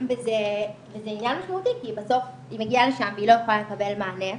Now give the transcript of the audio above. וזה עניין משמעותי כי בסוף היא מגיעה לשם והיא לא יכולה לקבל מענה.